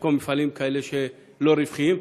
במקום מפעלים שהם לא רווחיים,